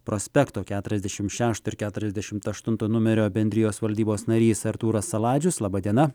pr keturiasdešimt šešto ir keturiasdešimt aštunto numerio bendrijos valdybos narys artūras saladžius laba diena